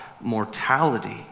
mortality